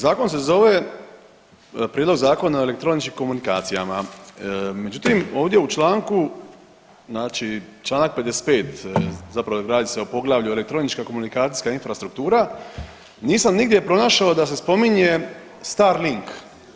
Zakon se zove Prijedlog zakona o elektroničkim komunikacijama, međutim ovdje u članku znači čl. 55. zapravo radi se o poglavlju elektronička komunikacijska infrastruktura nisam nigdje pronašao da se spominje Starlink.